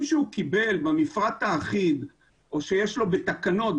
שהוא קיבל במפרט האחיד או שיש לו בתקנות,